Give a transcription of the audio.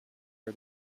her